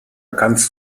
kannst